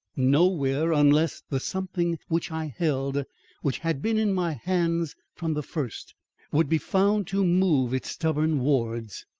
nowhere! unless the something which i held which had been in my hands from the first would be found to move its stubborn wards.